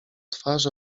twarz